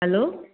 हलो